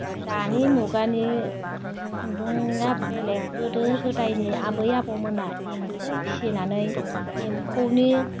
दानि मुगानि खुन्दुङा बेलेक गोदो गोदायनि आबै आबौ मोना एम्फौ फिसिनानै एम्फौनि